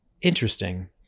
interesting